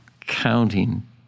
counting